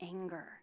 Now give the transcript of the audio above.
anger